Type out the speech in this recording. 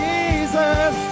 Jesus